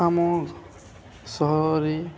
ଆମ ସହରରେ